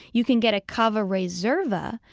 you can get a cava reserve, ah